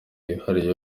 wihariye